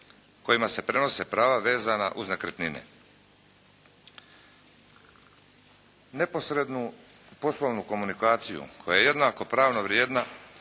kojima se prenose prava vezana uz nekretnine. Neposrednu poslovnu komunikaciju koja je jednako pravno vrijedna